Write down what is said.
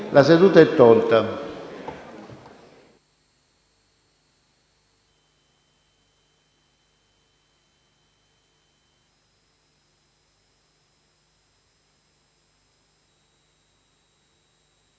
La seduta è tolta